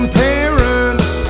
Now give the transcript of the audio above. parents